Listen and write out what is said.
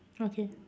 okay